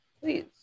Please